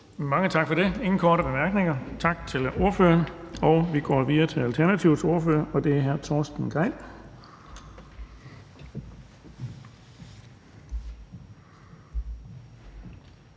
Mange tak for det. Der er ingen korte bemærkninger. Tak til ordføreren. Vi går videre til Alternativets ordfører, og det er hr. Torsten Gejl.